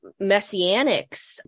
messianics